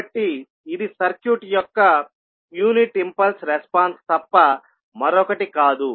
కాబట్టి ఇది సర్క్యూట్ యొక్క యూనిట్ ఇంపల్స్ రెస్పాన్స్ తప్ప మరొకటి కాదు